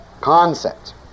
concept